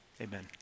amen